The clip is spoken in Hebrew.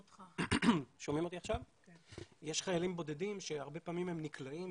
יש חיילים בודדים שהרבה פעמים הם נקלעים